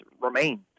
remain